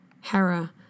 Hera